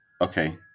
okay